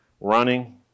running